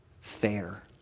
fair